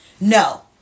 no